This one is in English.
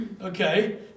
okay